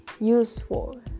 useful